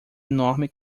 enorme